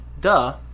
duh